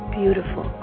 beautiful